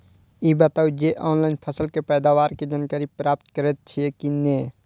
ई बताउ जे ऑनलाइन फसल के पैदावार के जानकारी प्राप्त करेत छिए की नेय?